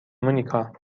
مونیکا